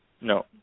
no